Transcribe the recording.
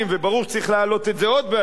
ברור שצריך להעלות את זה עוד בעתיד,